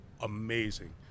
amazing